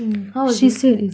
mm how was it